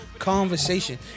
conversation